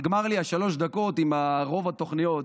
נגמרו לי שלוש הדקות עם רוב התוכניות,